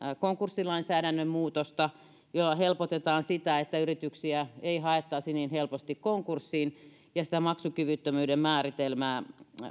konkurssilainsäädännön muutosta jolla helpotetaan sitä että yrityksiä ei haettaisi niin helposti konkurssiin sitä maksukyvyttömyyden määritelmää